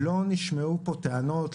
לא נשמעו פה טענות,